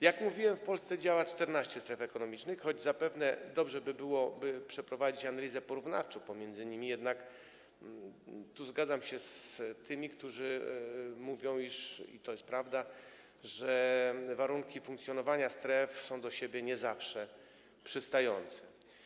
Jak mówiłem, w Polsce działa 14 stref ekonomicznych, choć zapewne dobrze by było przeprowadzić analizę porównawczą pomiędzy nimi, jednak zgadzam się z tymi, którzy mówią - i to jest prawda - że warunki funkcjonowania stref są do siebie nie zawsze przystające.